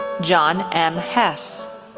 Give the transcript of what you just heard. john m. hess,